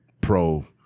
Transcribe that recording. pro